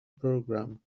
programme